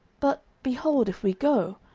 but, behold, if we go,